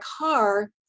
car